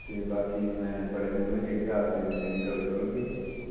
ते बाकी मैं थुआढ़े मुहैं च इक्कै आक्सीजन देनी ते ओह् देऊ ओड़गे